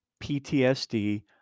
ptsd